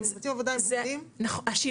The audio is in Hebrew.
שהם מבצעים עבודה הם עובדים -- השילוב,